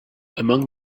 among